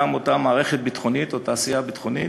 גם אותה מערכת ביטחונית, תעשייה ביטחונית,